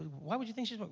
why would you think she but